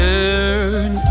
Turn